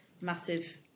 massive